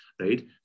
Right